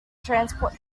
transport